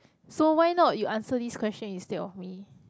so why not you answer this question instead of me